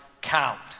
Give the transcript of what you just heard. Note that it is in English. count